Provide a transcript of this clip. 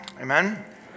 Amen